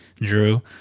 Drew